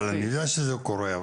אני יודע שזה קורה,